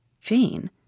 Jane